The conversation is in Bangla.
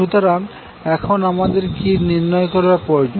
সুতরাং এখন আমাদের কি নির্ণয় করা প্রয়োজন